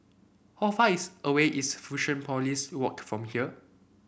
how far is away is Fusionopolis Walk from here